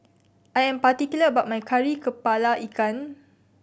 I am particular about my Kari Kepala Ikan